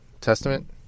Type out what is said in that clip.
Testament